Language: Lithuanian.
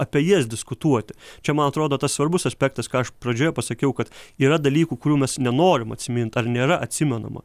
apie jas diskutuoti čia man atrodo tas svarbus aspektas ką aš pradžioje pasakiau kad yra dalykų kurių mes nenorim atsimint ar nėra atsimenama